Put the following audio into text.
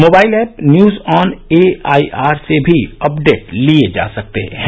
mobile app news on A I R से भी update लिए जा सकते हैं